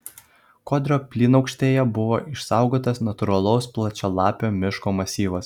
kodrio plynaukštėje buvo išsaugotas natūralaus plačialapio miško masyvas